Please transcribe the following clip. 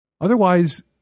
Otherwise